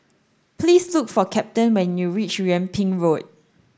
please look for Captain when you reach Yung Ping Road